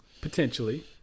Potentially